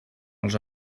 als